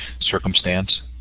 circumstance